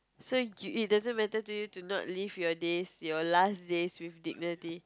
so you it doesn't matter to you to not live your days your last days with dignity